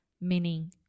meaning